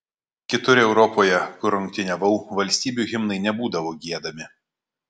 kitur europoje kur rungtyniavau valstybių himnai nebūdavo giedami